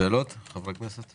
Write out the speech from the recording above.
לחברי הכנסת יש שאלות?